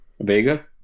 Vega